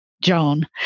Joan